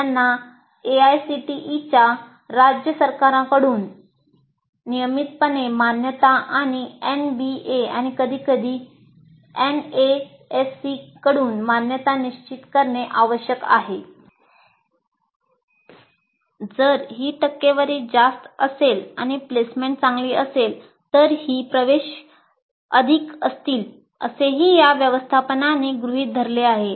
त्यांना एआयसीटीई चांगली असेल तर ही प्रवेश अधिक असतील असेही या व्यवस्थापनांनी गृहित धरले आहे